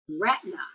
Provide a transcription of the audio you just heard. retina